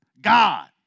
God